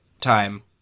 time